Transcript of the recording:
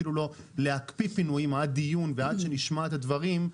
אפילו לא להקפיא פינויים עד דיון ועד שנשמע את הדברים,